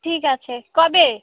ঠিক আছে কবে